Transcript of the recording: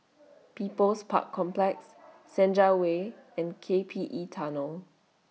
People's Park Complex Senja Way and K P E Tunnel